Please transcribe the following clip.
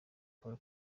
paul